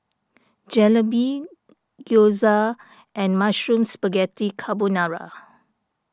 Jalebi Gyoza and Mushroom Spaghetti Carbonara